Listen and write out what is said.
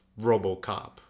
RoboCop